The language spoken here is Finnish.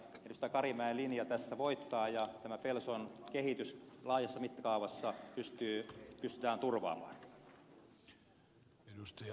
karimäen linja tässä voittaa ja pelson kehitys laajassa mittakaavassa pystytään turvaamaan